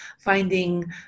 finding